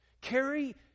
Carry